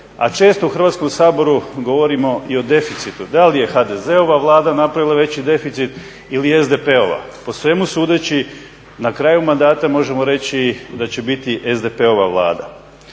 a često u Hrvatskom saboru govorimo i o deficitu. Da li je HDZ-ova Vlada napravila veći deficit ili SDP-ova? Po svemu sudeći na kraju mandata možemo reći da će biti SDP-ova Vlada.